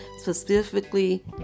specifically